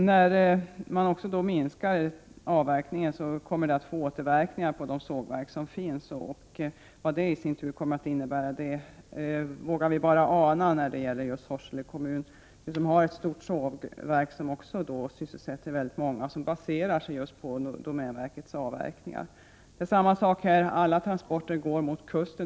När man minskar avverkningen kommer det att få effekter på de sågverk som finns. Vad detta i sin tur kommer att innebära vågar vi bara ana när det gäller just Sorsele kommun. Kommunen har ett stort sågverk som sysselsätter många och som baserar sig på domänverkets avverkningar. Det är samma sak här. Alla transporter går mot kusten.